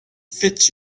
fits